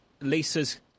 Lisa's